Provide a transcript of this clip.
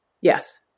Yes